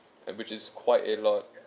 which is quite a lot